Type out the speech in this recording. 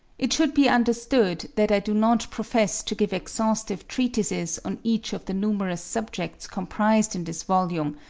it should be understood that i do not profess to give exhaustive treatises on each of the numerous subjects comprised in this volume,